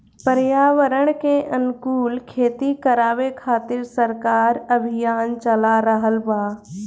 पर्यावरण के अनुकूल खेती करावे खातिर सरकार अभियान चाला रहल बा